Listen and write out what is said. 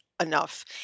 enough